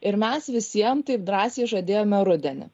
ir mes visiem taip drąsiai žadėjome rudenį